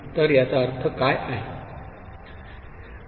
तर याचा अर्थ काय आहे